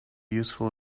useful